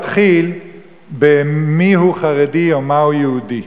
אני רוצה להתחיל במיהו חרדי או מהו יהודי.